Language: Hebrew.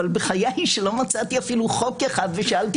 אבל בחיי שלא מצאתי אפילו חוק אחד ושאלתי